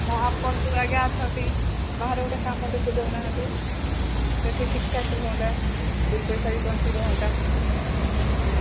ହଁ ଆପଣ ତ ଆଜ୍ଞା ଅଛନ୍ତି ବାହାରେ ଗୋଟେ କାମ ଦେଖି ଦେଉ ନାହାନ୍ତି ସେଠି ଠିକ୍ ଠାକ୍ ହୁଅନ୍ତା ଦୁଇ ପଇସା ବି ବଞ୍ଚି ରହନ୍ତା